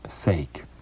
sake